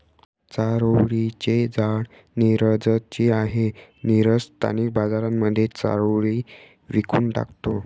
चारोळी चे झाड नीरज ची आहे, नीरज स्थानिक बाजारांमध्ये चारोळी विकून टाकतो